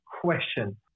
question